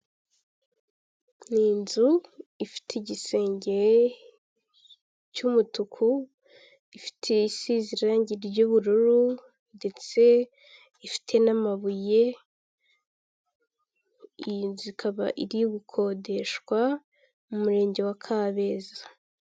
Ni inzu ifite igisenge cy'umutuku, ifite isize irangi ry'ubururu ndetse ifite n'amabuye, iyi nzu ikaba iri gukodeshwa mu murenge wa Kabeza.